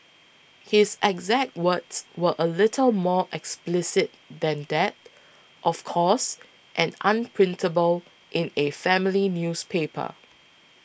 his exact words were a little more explicit than that of course and unprintable in a family newspaper